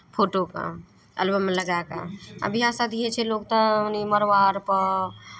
फोटोकेँ एलबममे लगा कऽ आ बियाह शादी होइ छै लोक तऽ ओन्नऽ मड़बा आरपर